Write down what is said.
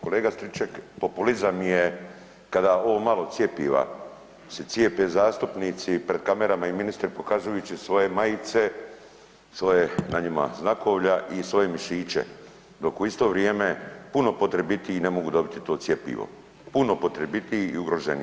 Kolega Stričak, populizam je kada ovo malo cjepiva se cijepe zastupnici pred kamerama i ministri pokazujući svoje majice, svoje na njima znakovlja i svoje mišiće dok u isto vrijeme puno potrebitiji ne mogu dobiti to cjepivo, puno potrebitiji i ugroženiji.